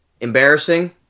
embarrassing